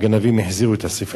הגנבים החזירו את ספרי התורה.